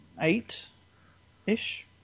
Eight-ish